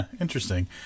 interesting